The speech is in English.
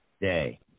day